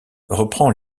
reprend